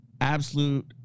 absolute